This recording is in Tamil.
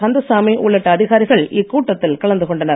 கந்தசாமி உள்ளிட்ட அதிகாரிகள் இக்கூட்டத்தில் கலந்து கொண்டனர்